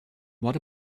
what